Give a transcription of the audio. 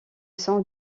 sont